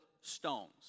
stones